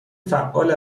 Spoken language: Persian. فعال